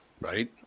right